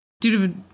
Dude